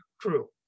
true